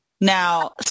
now